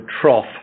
trough